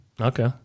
Okay